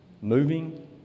Moving